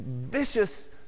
vicious